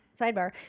Sidebar